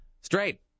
Straight